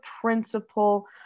principle